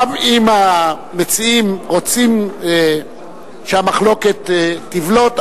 גם אם המציעים רוצים שהמחלוקת תבלוט,